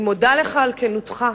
אני מודה לך על כנותך,